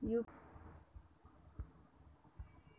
UPI ನಿಂದ ಕಳುಹಿಸಿದ ದುಡ್ಡು ವಾಪಸ್ ಪಡೆಯೋದು ಹೆಂಗ?